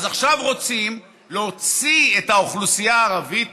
אז עכשיו רוצים להוציא את האוכלוסייה הערבית